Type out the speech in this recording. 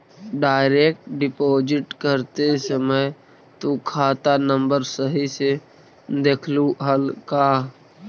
Direct deposit करते समय तु खाता नंबर सही से देखलू हल का?